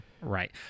right